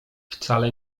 wcale